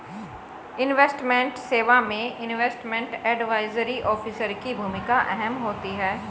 investment सेवा में investment advisory officer की भूमिका अहम होती है